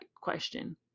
question